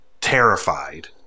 terrified